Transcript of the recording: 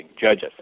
judges